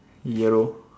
yellow